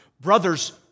Brothers